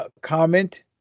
Comment